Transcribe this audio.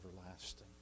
everlasting